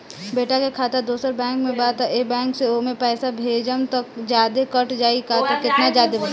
बेटा के खाता दोसर बैंक में बा त ए बैंक से ओमे पैसा भेजम त जादे कट जायी का त केतना जादे कटी?